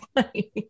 funny